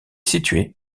situé